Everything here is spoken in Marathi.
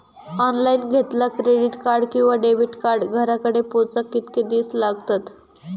ऑनलाइन घेतला क्रेडिट कार्ड किंवा डेबिट कार्ड घराकडे पोचाक कितके दिस लागतत?